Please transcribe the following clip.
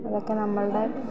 അതൊക്കെ നമ്മളുടെ